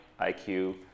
IQ